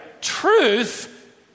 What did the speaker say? truth